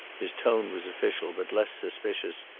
his tone was official, but less suspicious.